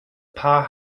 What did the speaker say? paar